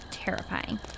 terrifying